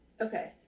Okay